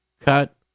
cut